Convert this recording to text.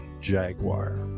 jaguar